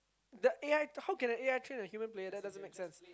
the A_I how can the A_I train the human player that doesn't make sense